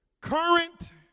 current